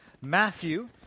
Matthew